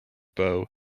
bow